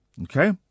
Okay